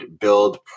build